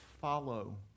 follow